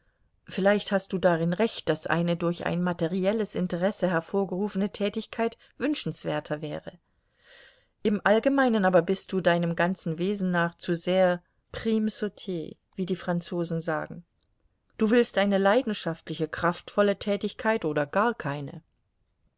vielleicht hast du darin recht daß eine durch ein materielles interesse hervorgerufene tätigkeit wünschenswerter wäre im allgemeinen aber bist du deinem ganzen wesen nach zu sehr prime sautier wie die franzosen sagen du willst eine leidenschaftliche kraftvolle tätigkeit oder gar keine